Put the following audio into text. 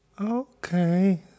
Okay